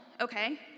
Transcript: okay